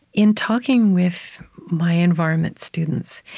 in talking with my environment students,